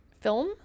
film